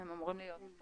הם אמורים להיות.